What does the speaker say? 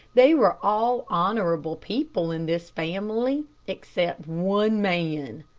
they were all honorable people in this family except one man,